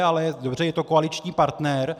Ale dobře, je to koaliční partner.